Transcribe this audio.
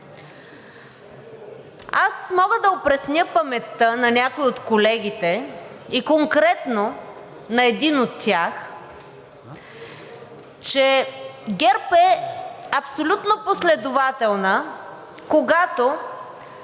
Аз мога да опресня паметта на някои от колегите и конкретно на един от тях, че ГЕРБ е абсолютно последователна, когато